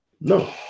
no